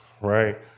right